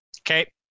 Okay